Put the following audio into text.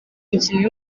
umukinnyi